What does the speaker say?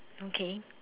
okay